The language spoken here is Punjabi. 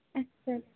ਅੱਛਾ